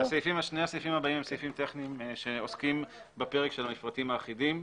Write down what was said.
שני הסעיפים הבאים הם סעיפים טכניים שעוסקים בפרק של המפרטים האחידים.